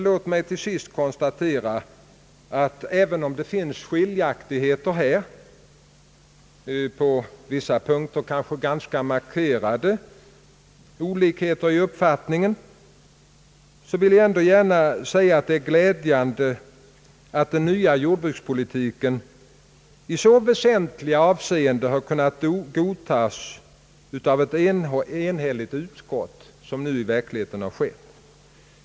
Låt mig till sist konstatera att det, även om det finns skiljaktigheter — på vissa punkter kanske ganska markerade olikheter i uppfattningen — är glädjande att den nya jordbrukspolitiken i väsentliga avseenden kunnat godtas av ett enhälligt utskott, såsom nu verkligen har skett.